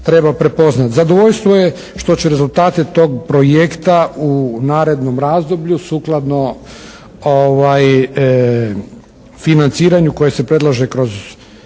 treba prepoznati. Zadovoljstvo je što će rezultate tog projekta u narednom razdoblju sukladno financiranju koje se predlaže kroz